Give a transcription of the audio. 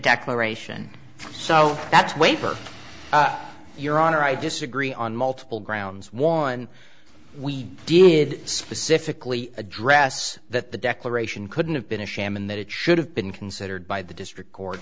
declaration so that's waiver your honor i disagree on multiple grounds one we did specifically address that the declaration couldn't have been a sham and that it should have been considered by the district